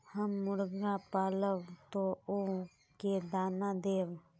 हम मुर्गा पालव तो उ के दाना देव?